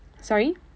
sorry